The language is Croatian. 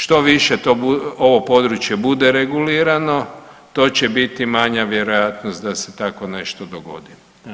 Što više ovo područje bude regulirano to će biti manja vjerojatnost da se tako nešto dogodi.